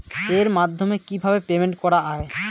এর মাধ্যমে কিভাবে পেমেন্ট করা য়ায়?